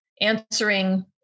answering